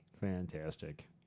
Fantastic